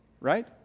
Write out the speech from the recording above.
Right